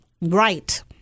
right